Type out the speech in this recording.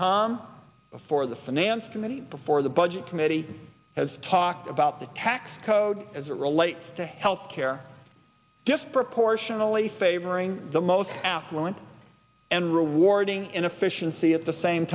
come before the finance committee before the budget committee has talked about the tax code as it relates to health care just proportionally favoring the most affluent and rewarding inefficiency at the same